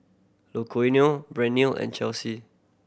Luciano and Chelsey